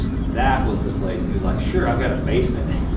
that was the place he was like, sure, i've got a basement.